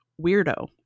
Weirdo